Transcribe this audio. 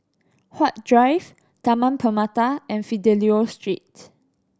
Huat Drive Taman Permata and Fidelio Street